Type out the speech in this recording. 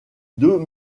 deux